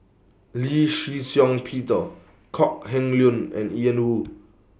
Lee Shih Shiong Peter Kok Heng Leun and Ian Woo